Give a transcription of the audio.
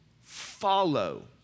follow